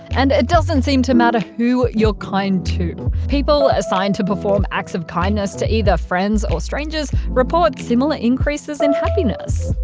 and it doesn't seem to matter who you are kind to people assigned to perform acts of kindness to either friends or strangers report similar increases in happiness.